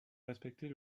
respecter